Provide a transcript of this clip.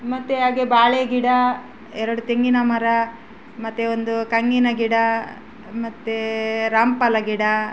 ಮತ್ತೆ ಹಾಗೆ ಬಾಳೇ ಗಿಡ ಎರಡು ತೆಂಗಿನ ಮರ ಮತ್ತು ಒಂದು ಕಂಗಿನ ಗಿಡ ಮತು ರಾಮ್ ಫಲ ಗಿಡ